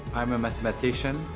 i'm a mathematician.